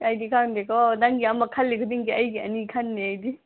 ꯑꯩꯗꯤ ꯈꯪꯗꯦꯀꯣ ꯅꯪꯒꯤ ꯑꯃ ꯈꯜꯂꯤ ꯈꯨꯗꯤꯡꯒꯤ ꯑꯩꯒꯤ ꯑꯅꯤ ꯈꯟꯅꯤ ꯑꯩꯗꯤ